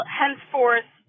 henceforth